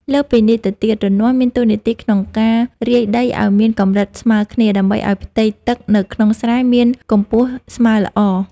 លើសពីនេះទៅទៀត រនាស់មានតួនាទីក្នុងការរាយដីឱ្យមានកម្រិតស្មើគ្នា ដើម្បីឱ្យផ្ទៃទឹកនៅក្នុងស្រែមានកម្ពស់ស្មើល្អ។